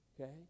Okay